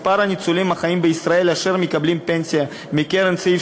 מספר הניצולים החיים בישראל אשר מקבלים פנסיה מקרן סעיף